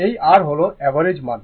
এই r হল average মান